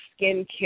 Skincare